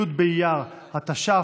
י' באייר התש"ף,